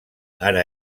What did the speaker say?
ara